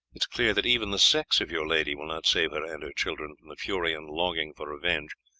it is clear that even the sex of your lady will not save her and her children from the fury and longing for revenge,